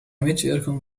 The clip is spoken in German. mitwirkung